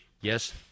Yes